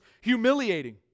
humiliating